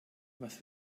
was